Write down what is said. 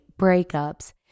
breakups